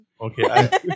okay